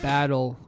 Battle